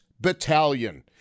Battalion